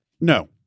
No